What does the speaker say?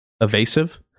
evasive